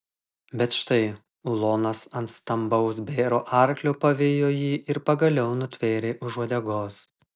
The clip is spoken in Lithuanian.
bet štai ulonas ant stambaus bėro arklio pavijo jį ir pagaliau nutvėrė už uodegos